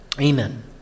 Amen